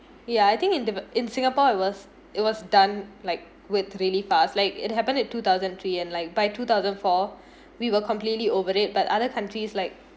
ya I think in the in singapore it was it was done like with really fast like it happened in two thousand three and like by two thousand four we were completely over it but other countries like